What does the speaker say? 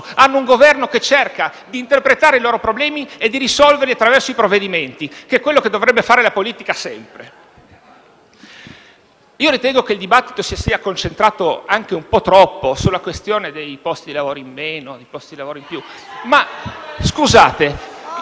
ma un Governo che cerca di interpretare i loro problemi e di risolverli attraverso i provvedimenti, che è quello che dovrebbe fare la politica sempre. Io ritengo che il dibattito si sia concentrato anche un po' troppo sulla questione dei posti di lavoro in meno o in più.